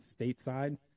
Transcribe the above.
stateside